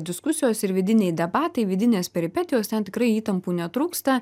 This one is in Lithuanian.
diskusijos ir vidiniai debatai vidinės peripetijos ten tikrų įtampų netrūksta